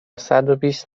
صدوبیست